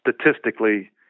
statistically